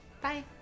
bye